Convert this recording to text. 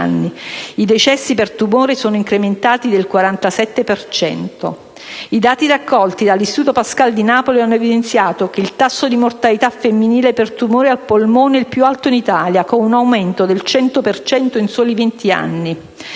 i decessi per tumore sono incrementati del 47 per cento. I dati raccolti dall'istituto Pascale di Napoli hanno evidenziato che il tasso di mortalità femminile per tumore al polmone è il più alto in Italia, con un aumento del 100 per cento